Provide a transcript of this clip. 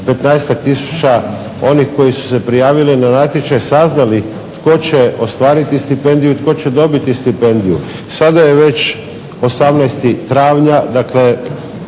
tisuća onih koji su se prijavili na natječaj saznali tko će ostvariti stipendiju i tko će dobiti stipendiju. Sada je već 18. travnja, dakle